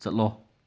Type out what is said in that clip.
ꯆꯠꯂꯣ